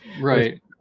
right